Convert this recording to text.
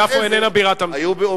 ירושלים זו בירת ישראל.